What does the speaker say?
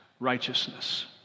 Righteousness